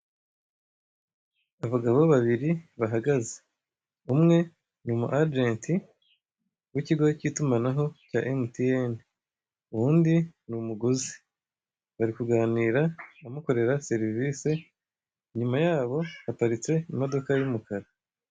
Abagabo babiri bahagaze umwe ni umuajenti w'ikigo cy'itumanaho cya emutiyeni, uwundi ni umuguzi, bari kuganira amukorera serivise. Inyuma ya bo haparitse imodoka y'umukara.